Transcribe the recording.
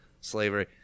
slavery